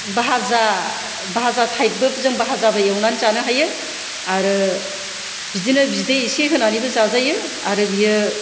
भाजा टाइपबो जों भाजाबो एवनानै जानो हायो आरो बिदिनो बिदै एसे होनानैबो जाजायो आरो बेयो